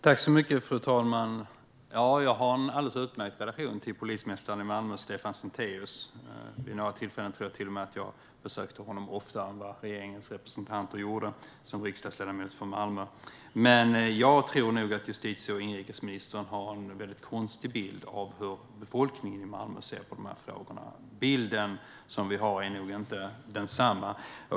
Fru talman! Jag har en alldeles utmärkt relation till polismästaren i Malmö, Stefan Sintéus. Jag tror till och med att jag som riksdagsledamot från Malmö vid några tillfällen besökte honom oftare än vad regeringens representanter gjorde. Justitie och inrikesministern har en väldigt konstig bild av hur befolkningen i Malmö ser på frågorna. Bilden vi har är nog inte densamma.